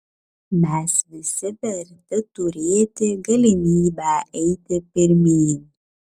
mes visi verti turėti galimybę eiti pirmyn